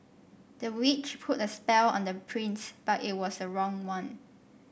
the witch put a spell on the prince but it was the wrong one